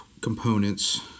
components